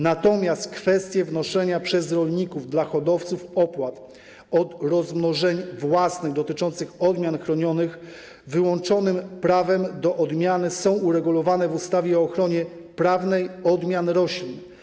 Natomiast kwestie wnoszenia przez rolników dla hodowców opłat od rozmnożeń własnych dotyczących odmian chronionych wyłącznym prawem dla odmiany są uregulowane w ustawie o ochronie prawnej odmian roślin.